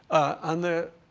and